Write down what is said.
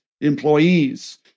employees